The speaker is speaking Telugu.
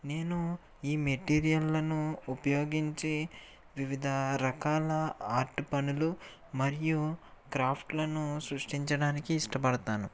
నేను ఈ మటిరియల్లను ఉపయోగించి వివిధ రకాల ఆర్ట్ పనులు మరియు క్రాఫ్ట్లను సృష్టించడానికి ఇష్టపడతాను